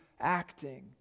acting